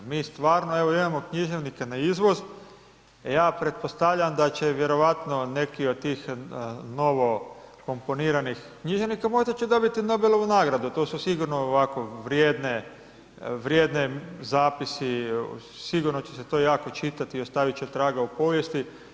Mi stvarno evo imamo književnika na izvoz, ja pretpostavljam da će vjerojatno neki od tih novokomponiranih književnika možda će dobiti Nobelovu nagradu, to su sigurno ovako vrijedne, vrijedne zapisi, sigurno će se to jako čitati i ostavit će traga u povijesti.